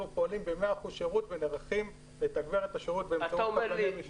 פועלים ב-100 אחוזים שירות ונערכים לתגבר את השירות באמצעות קבלני משנה.